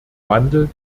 wandel